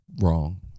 wrong